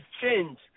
change